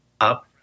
up